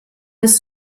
ist